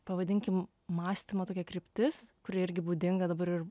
pavadinkim mąstymo tokia kryptis kuri irgi būdinga dabar ir